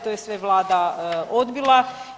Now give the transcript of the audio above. To je sve Vlada odbila.